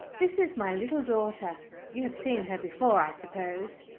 this is my little daughter you have seen her before, i suppose?